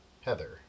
Heather